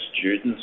students